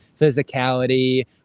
physicality